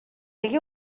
hagué